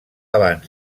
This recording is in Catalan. abans